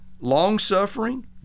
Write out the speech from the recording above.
long-suffering